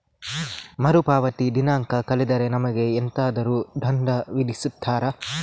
ಮರುಪಾವತಿ ದಿನಾಂಕ ಕಳೆದರೆ ನಮಗೆ ಎಂತಾದರು ದಂಡ ವಿಧಿಸುತ್ತಾರ?